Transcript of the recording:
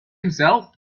himself